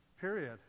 period